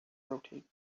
rotate